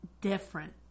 Different